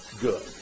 good